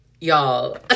Y'all